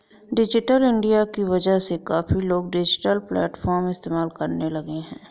digital India की वजह से काफी लोग डिजिटल प्लेटफ़ॉर्म इस्तेमाल करने लगे हैं